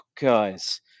guys